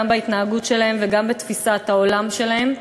גם בהתנהגות שלהם וגם בתפיסת העולם שלהם,